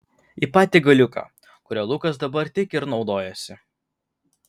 į patį galiuką kuriuo lukas dabar tik ir naudojosi